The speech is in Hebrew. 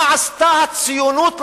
מה עשתה הציונות ליהדות?